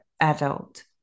adult